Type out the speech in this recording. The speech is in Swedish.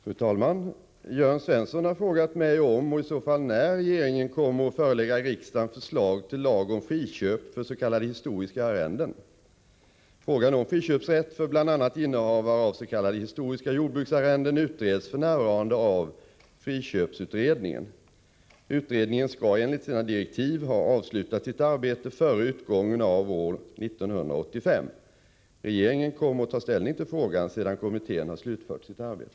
Fru talman! Jörn Svensson har frågat mig om — och i så fall när — regeringen Om lagstiftning om kommer att förelägga riksdagen förslag till lag om friköp för t.ex. s.k. friköp av vissa arhistoriska arrenden. rendegårdar Frågan om friköpsrätt för bl.a. innehavare av s.k. historiska jordbruksarrenden utreds f.n. av friköpsutredningen . Utredningen skall enligt sina direktiv ha avslutat sitt arbete före utgången av år 1985. Regeringen kommer att ta ställning till frågan sedan kommittén har slutfört sitt arbete.